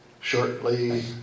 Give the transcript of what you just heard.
shortly